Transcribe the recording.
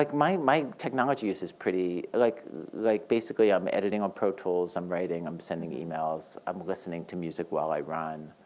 like my my technology use is pretty like like basically, i'm editing on pro tools, i'm writing, i'm sending emails, i'm listening to music while i run,